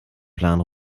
plan